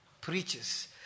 preaches